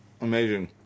Amazing